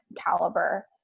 caliber